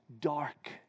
dark